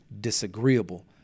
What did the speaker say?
disagreeable